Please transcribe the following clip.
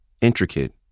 intricate